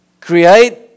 Create